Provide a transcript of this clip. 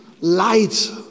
light